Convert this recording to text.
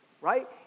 Right